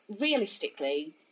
realistically